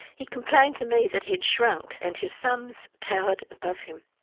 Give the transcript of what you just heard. he complained to me that he had shrunk and his sons towered above him.